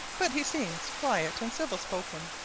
but he seems quiet and civil-spoken.